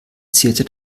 zierte